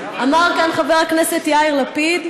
אמר כאן חבר הכנסת יאיר לפיד: